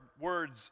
words